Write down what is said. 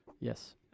yes